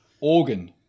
Organ